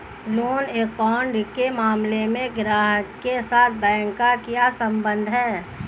Loan account के मामले में ग्राहक के साथ बैंक का क्या संबंध है?